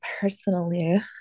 personally